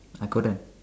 I couldn't